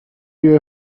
you